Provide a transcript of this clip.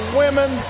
women